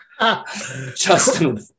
Justin